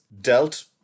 dealt